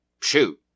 shoot